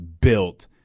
built